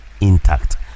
intact